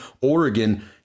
oregon